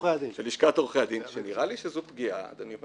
של לשכת עורכי הדין, שנראה לי שזאת פגיעה במקצוע,